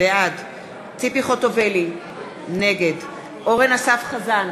בעד ציפי חוטובלי, נגד אורן אסף חזן,